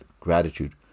gratitude